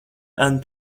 and